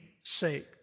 sake